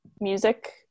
music